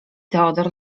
theodor